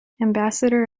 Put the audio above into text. ambassador